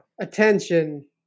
Attention